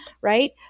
right